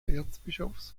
erzbischofs